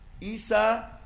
Isa